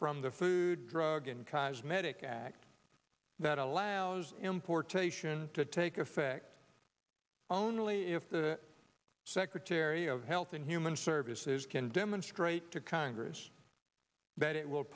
the food drug and cosmetic act that allows importation to take effect only if the secretary of health and human services can demonstrate to congress that it will